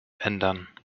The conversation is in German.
ändern